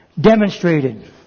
demonstrated